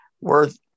worth